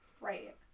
Right